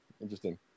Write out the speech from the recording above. Interesting